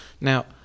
Now